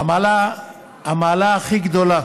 שהמעלה הכי גדולה